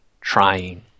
trying